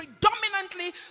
predominantly